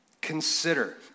consider